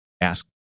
ask